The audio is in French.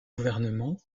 gouvernement